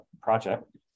project